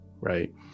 right